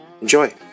Enjoy